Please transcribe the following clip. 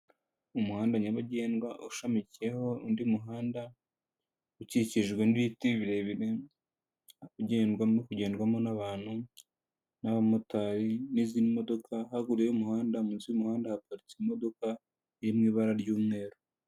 Umuhanda nyabagendwa, ushamikiyeho undi muhanda, ukikijwe n'ibiti birebire, ugendwamo n'abantu n'abamotari n'izindi modoka hakurya y'umuhanda, munsi y'umuhanda haparitse imodoka iri mu ibara ry'umweru.